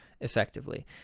effectively